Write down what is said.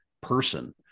person